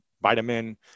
vitamin